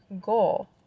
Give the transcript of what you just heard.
goal